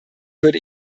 würde